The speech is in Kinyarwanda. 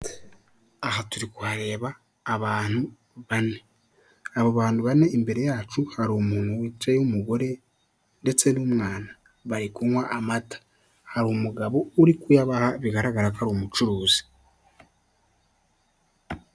Aha turi kuhareba abantu bane, abo bantu bane imbere yacu hari umuntu wicaye umugore ndetse n'umwana bari kunywa amata, hari umugabo uri kuyabaha bigaragara ko ari umucuruzi.